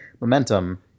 momentum